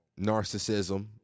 Narcissism